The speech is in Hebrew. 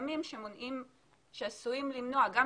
חסמים שעשויים למנוע מאוכלוסיות להגיע.